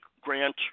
grant